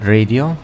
Radio